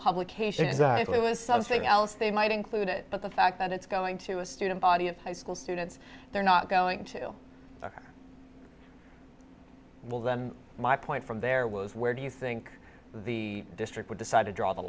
publication exactly was something else they might include but the fact that it's going to a student audience high school students they're not going to will then my point from there was where do you think the district would decide to draw the